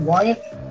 Wyatt